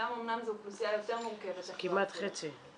שם אמנם זו אוכלוסייה יותר מורכבת -- זה כמעט חצי.